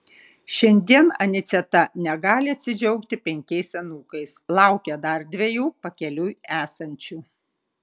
šiandien aniceta negali atsidžiaugti penkiais anūkais laukia dar dviejų pakeliui esančių